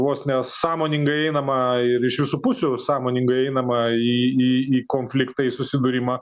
vos ne sąmoningai einama ir iš visų pusių sąmoningai einama į į į konfliktą į susidūrimą